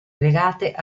legate